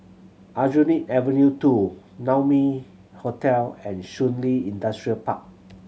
Aljunied Avenue Two Naumi Hotel and Shun Li Industrial Park